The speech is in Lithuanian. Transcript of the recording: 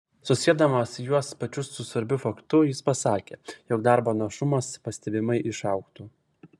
susiedamas juos pačius su svarbiu faktu jis pasiekė jog darbo našumas pastebimai išaugtų